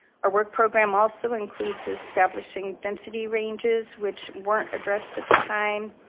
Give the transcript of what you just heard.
our work program also includes establishing density ranges which weren't addressed at the time.